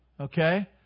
Okay